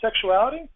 sexuality